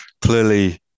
clearly